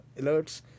alerts